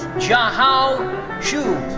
jiahao zhu.